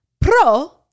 Pro